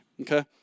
okay